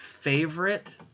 Favorite